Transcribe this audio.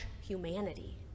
humanity